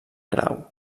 grau